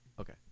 Okay